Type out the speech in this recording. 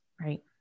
Right